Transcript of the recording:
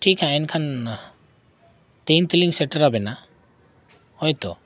ᱴᱷᱤᱠᱟ ᱮᱱᱠᱷᱟᱱ ᱛᱤᱱ ᱛᱮᱞᱤᱧ ᱥᱮᱴᱮᱨ ᱟᱵᱮᱱᱟ ᱦᱳᱭᱛᱳ